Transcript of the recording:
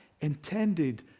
intended